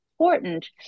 important